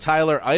Tyler